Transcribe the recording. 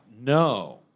No